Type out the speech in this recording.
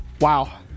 Wow